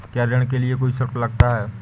क्या ऋण के लिए कोई शुल्क लगता है?